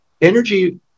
Energy